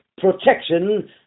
protection